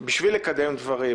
בשביל לקדם דברים.